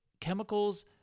chemicals